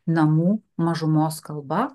namų mažumos kalba